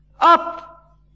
up